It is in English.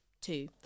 two